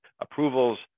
approvals